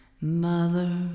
Mother